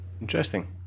interesting